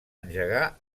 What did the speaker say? engegar